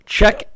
Check